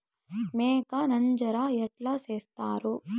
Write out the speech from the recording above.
మేక నంజర ఎట్లా సేస్తారు?